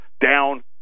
down